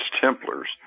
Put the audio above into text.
Templars